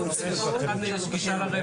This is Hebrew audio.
הצפיפות בלול: